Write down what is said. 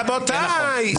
רבותיי.